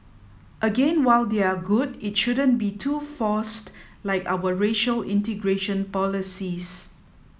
again while they are good it shouldn't be too forced like our racial integration policies